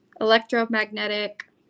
electromagnetic